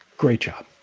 great job